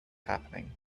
happening